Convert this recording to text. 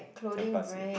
ten plus year